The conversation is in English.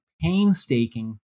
painstaking